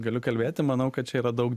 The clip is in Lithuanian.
galiu kalbėti manau kad čia yra daug